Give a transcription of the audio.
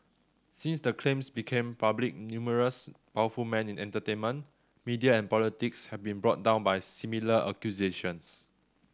since the claims became public numerous powerful men in entertainment media and politics have been brought down by similar accusations